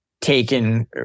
taken